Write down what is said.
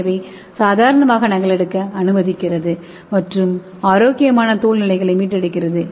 ஏவை சாதாரணமாக நகலெடுக்க அனுமதிக்கிறது மற்றும் ஆரோக்கியமான தோல் நிலைகளை மீட்டெடுக்கிறது